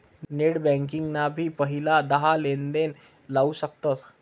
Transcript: net banking ना भी पहिला दहा लेनदेण लाऊ शकतस